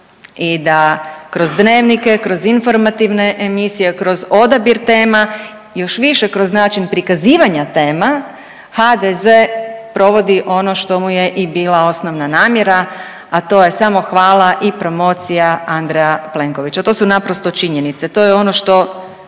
i da kroz dnevnike, kroz informativne emisije, kroz odabir tema, još više kroz način prikazivanja tema HDZ provodi ono što mu je i bila osnovna namjera, a to je samo hvala i promocija Andreja Plenkovića, to su naprosto činjenice, to je ono što